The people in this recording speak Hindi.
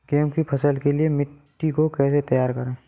गेहूँ की फसल के लिए मिट्टी को कैसे तैयार करें?